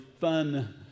fun